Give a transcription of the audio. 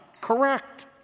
correct